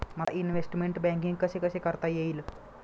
मला investment banking कसे कसे करता येईल?